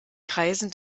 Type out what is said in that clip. kreisen